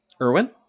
Irwin